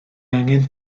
angen